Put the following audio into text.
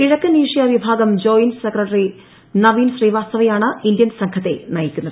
കിഴക്കൻ ഏഷ്യ വിഭാഗം joint secretary Naveen ശ്രീവാസ്തവയ്ക്കാണ് ഇന്ത്യൻ സംഘത്തെ നയിക്കുന്നത്